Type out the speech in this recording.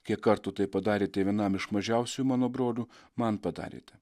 kiek kartų tai padarėte vienam iš mažiausiųjų mano brolių man padarėte